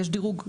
יש דירוג,